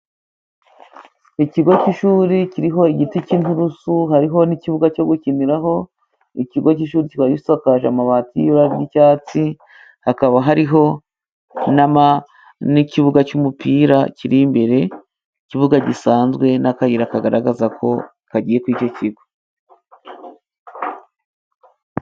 Ikigo cy'ishuri kiriho igiti cy'inturusu hariho n'ikibuga cyo gukiniraho, ikigo cy'ishuri kikaba gisakaje amabati y'ibara ry'icyatsi ,hakaba hariho n'ikibuga cy'umupira kiri imbere ikibuga gisanzwe n'akayira kagaragazako kagiye kuri icyo kigo.